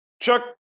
Chuck